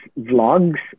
vlogs